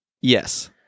Yes